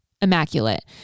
immaculate